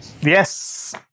Yes